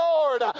Lord